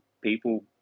people